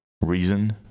reason